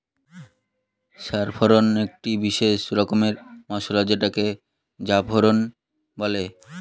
saffron একটি বিশেষ রকমের মসলা যেটাকে জাফরান বলে